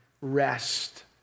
rest